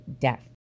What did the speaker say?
death